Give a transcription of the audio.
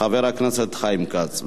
חבר הכנסת חיים כץ.